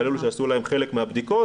כאלו שעשו להם חלק מהבדיקות,